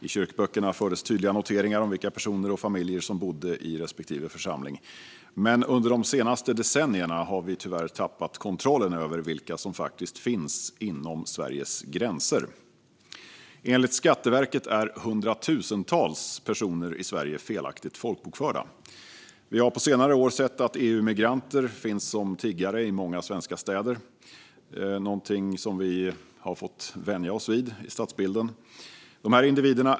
I kyrkböckerna fördes tydliga noteringar om vilka personer och familjer som bodde i respektive församling. Men under de senaste decennierna har vi tyvärr tappat kontrollen över vilka som faktiskt finns inom Sveriges gränser. Enligt Skatteverket är hundratusentals personer i Sverige felaktigt folkbokförda. Vi har på senare år sett att EU-migranter finns som tiggare i många svenska städer, någonting som vi har fått vänja oss vid i stadsbilden.